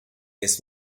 this